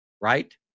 Right